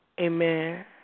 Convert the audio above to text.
Amen